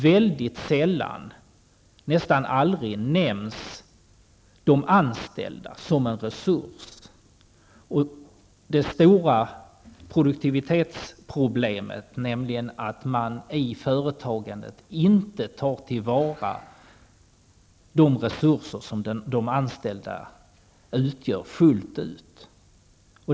Väldigt sällan, nästan aldrig, nämns de anställda som en resurs, inte heller det stora produktivitetsproblemet, nämligen att man i företagandet inte tar till vara de resurser som de anställda utgör fullt ut.